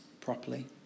properly